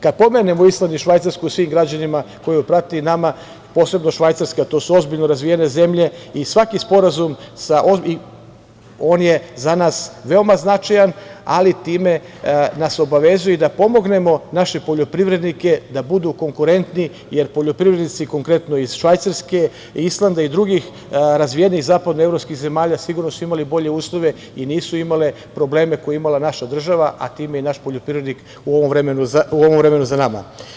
Kada pomenemo Island i Švajcarsku svim građanima koji ovo prate i nama, posebno Švajcarska, to su ozbiljno razvijene zemlje, i svaki sporazum je za nas veoma značajan, ali time nas obavezuje i da pomognemo naše poljoprivrednike da budu konkurentni, jer poljoprivrednici, konkretno iz Švajcarske, Islanda i drugih razvijenih zapadnoevropskih zemalja sigurno su imali bolje uslove i nisu imali probleme koje je imala naša država, a time i naš poljoprivrednik u ovom vremenu za nama.